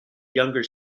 younger